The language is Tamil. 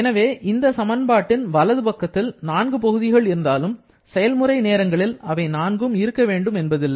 எனவே இந்த சமன்பாட்டின் வலது பக்கத்தில் 4 பகுதிகள் இருந்தாலும் செயல்முறை நேரங்களில் அவை நான்கும் இருக்கவேண்டும் என்பதில்லை